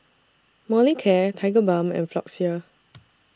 Molicare Tigerbalm and Floxia